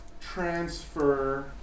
transfer